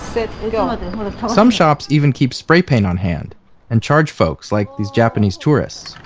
set, go some shops even keep spray paint on hand and charge folks, like these japanese tourists,